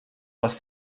les